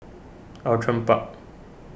Outram Park